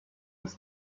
his